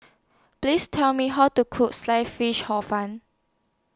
Please Tell Me How to Cook Sliced Fish Hor Fun